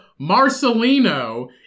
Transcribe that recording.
Marcelino